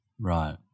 Right